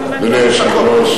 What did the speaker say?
שאלה.